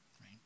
right